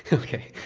ok,